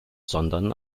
sondern